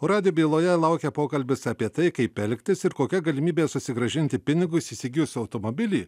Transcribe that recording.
o radijo byloje laukia pokalbis apie tai kaip elgtis ir kokia galimybė susigrąžinti pinigus įsigijus automobilį